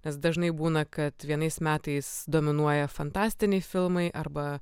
nes dažnai būna kad vienais metais dominuoja fantastiniai filmai arba